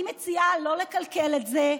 אני מציעה לא לקלקל את זה,